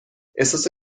احساس